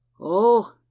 Oh